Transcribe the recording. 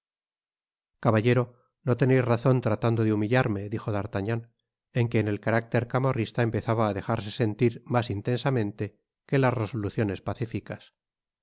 caballero no teneis razon tratando de humillarme dijo d'artagnan en quien el carácter camorrista empezaba á dejarse sentir mas intensamente que las resoluciones pacificas